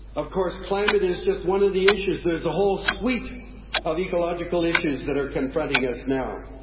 of course climate is just one of the issues, there's a whole suite of ecological issues that are confronting us now.